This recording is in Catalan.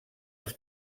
els